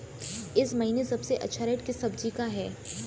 इस महीने सबसे अच्छा रेट किस सब्जी का है?